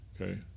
okay